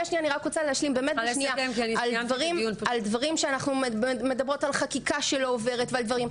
דברים שאנחנו מדברות על חקיקה שלא עוברת.